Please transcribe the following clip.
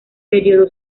periodo